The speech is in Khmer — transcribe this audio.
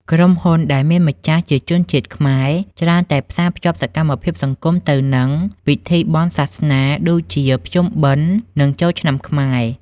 ក្រុមហ៊ុនដែលមានម្ចាស់ជាជនជាតិខ្មែរ ច្រើនតែផ្សារភ្ជាប់សកម្មភាពសង្គមទៅនឹង ពិធីបុណ្យសាសនា ដូចជាភ្ជុំបិណ្ឌ និងចូលឆ្នាំខ្មែរ។